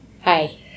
Hi